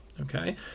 okay